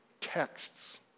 texts